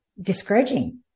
discouraging